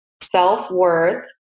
self-worth